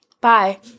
Bye